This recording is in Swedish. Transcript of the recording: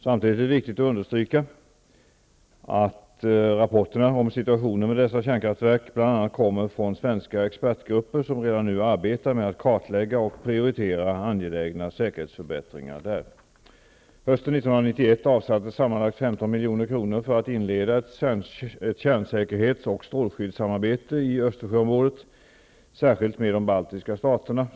Samtidigt är det viktigt att understryka att rapporterna om situationen vid dessa kärnkraftverk bl.a. kommer från svenska expertgrupper som redan nu arbetar med att kartlägga och prioritera angelägna säkerhetsförbättringar där. Hösten 1991 avsattes sammanlagt 15 milj.kr. för att inleda ett kärnsäkerhets och strålskyddssamarbete i Östersjöområdet, särskilt med de baltiska staterna.